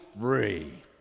free